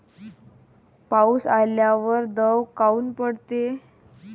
पाऊस आल्यावर दव काऊन पडते?